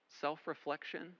self-reflection